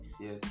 yes